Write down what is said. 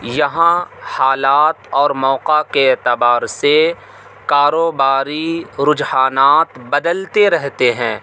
یہاں حالات اور موقع کے اعتبار سے کاروباری رجحانات بدلتے رہتے ہیں